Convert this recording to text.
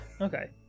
okay